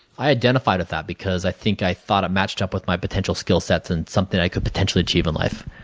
i identified with that because i think i thought it matched up with my potential skill sets and something that i could potentially achieve in life.